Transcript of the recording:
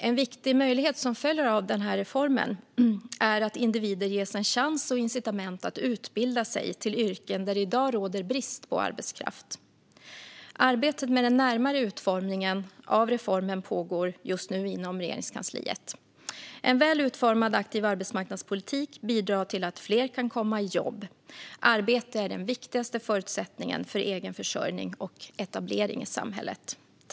En viktig möjlighet som följer av denna reform är att individer ges en chans och incitament att utbilda sig till yrken där det i dag råder brist på arbetskraft. Arbetet med den närmare utformningen av reformen pågår just nu inom Regeringskansliet. En väl utformad aktiv arbetsmarknadspolitik bidrar till att fler kan komma i jobb. Arbete är den viktigaste förutsättningen för egen försörjning och etablering i samhället.